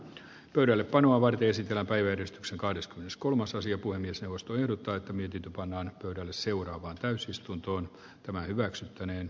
pöydällepanoa vain viisi telakkayhdistyksen kahdeskymmeneskolmas asia kuin miesjaosto ehdottaa että mietintö pannaan pöydälle seuraavaan täysistuntoon tämä hyväksyttäneen